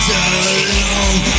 alone